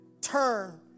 Turn